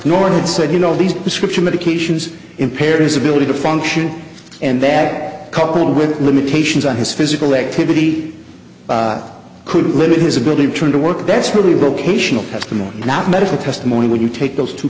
norton said you know these prescription medications impair his ability to function and that coupled with limitations on his physical activity could limit his ability to turn to work that's really vocational at the moment not medical testimony when you take those two